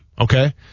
Okay